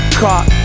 caught